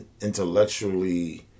intellectually